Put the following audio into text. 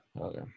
okay